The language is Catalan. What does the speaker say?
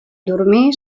dormir